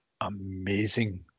amazing